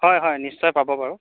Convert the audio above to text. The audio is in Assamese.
হয় হয় নিশ্চয় পাব বাৰু